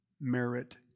merit